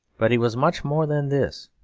but he was much more than this.